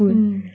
mm